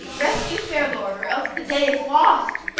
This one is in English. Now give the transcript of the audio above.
rescue, fair lord, or else the day is lost!